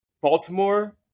Baltimore